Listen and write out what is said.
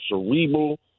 cerebral